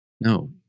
no